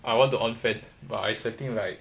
I want to on fan but I sweating like